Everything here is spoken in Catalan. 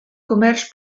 comerç